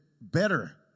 better